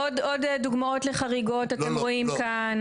עוד דוגמאות לחריגות אתם רואים כאן,